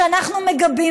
שאנחנו מגבים,